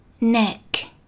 neck